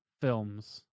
films